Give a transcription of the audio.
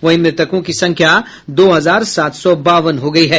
वहीं मृतकों की संख्या दो हजार सात सौ बावन हो गयी है